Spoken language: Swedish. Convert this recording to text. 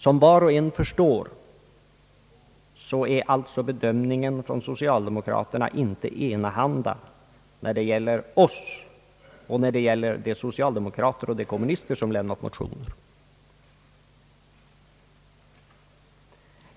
Som var och en förstår är socialdemokraternas bedömning inte enahanda när det gäller oss och när det gäller de socialdemokrater och kommunister som väckt motioner.